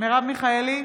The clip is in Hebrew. מרב מיכאלי,